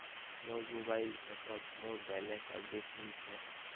मोर मोबाइल ऐपोत मोर बैलेंस अपडेट नि छे